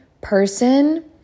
person